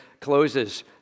closes